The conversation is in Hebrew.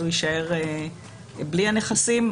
אז הוא יישאר בלי הנכסים,